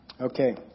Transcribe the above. Okay